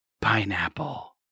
Pineapple